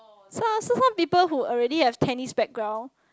some so some people who already have Chinese background